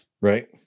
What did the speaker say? Right